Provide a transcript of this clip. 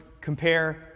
compare